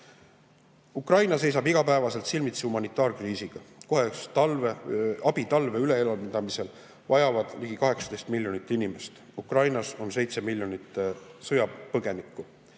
seisab igapäevaselt silmitsi humanitaarkriisiga. Kohest abi talve üle elamisel vajab ligi 18 miljonit inimest. Ukrainas on 7 miljonit sõjapõgenikku